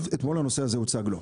אתמול הנושא הזה הוצג לו.